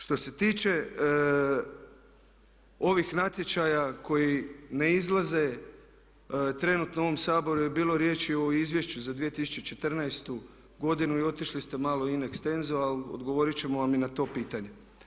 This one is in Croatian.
Što se tiče ovih natječaja koji ne izlaze trenutno, u ovom Saboru je bilo riječi o Izvješću za 2014. godinu i otišli ste malo in extenso ali odgovorit ćemo vam i na to pitanje.